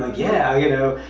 yeah you know.